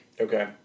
Okay